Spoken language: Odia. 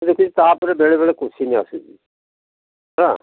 ମୁଁ ଦେଖିଛି ତା' ଉପରେ ବେଳେବେଳେ କୋସ୍ଚିନ୍ ଆସୁଛି ହେଲା